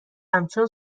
همچون